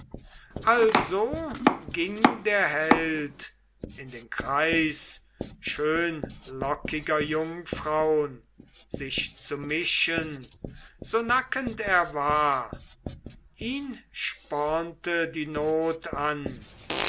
also ging der held in den kreis schönlockiger jungfraun sich zu mischen so nackend er war ihn spornte die not an